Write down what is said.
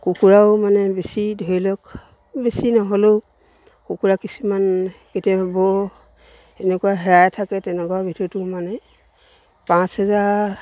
কুকুৰাও মানে বেছি ধৰি লওক বেছি নহ'লেও কুকুৰা কিছুমান কেতিয়াবা বৰ এনেকুৱা হেৰাই থাকে তেনেকুৱা ভিতৰতো মানে পাঁচ হেজাৰ